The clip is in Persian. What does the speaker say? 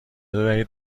بدهید